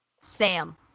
sam